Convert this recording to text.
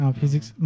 Physics